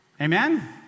Amen